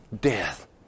death